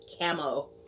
camo